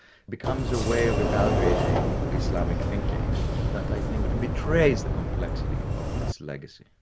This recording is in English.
becomes a way of evaluating islamic thinking that i think and betrays the complexity of its legacy.